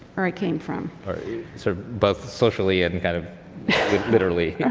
where i came from. sort of both socially and and kind of literally. right.